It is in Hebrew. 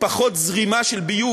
פחות זרימה של ביוב.